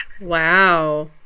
Wow